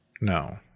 No